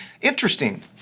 interesting